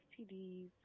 stds